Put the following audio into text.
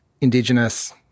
Indigenous